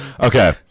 Okay